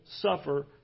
suffer